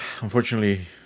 Unfortunately